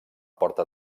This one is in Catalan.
porta